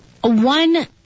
one